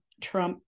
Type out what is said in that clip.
Trump